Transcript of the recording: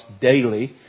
daily